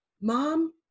mom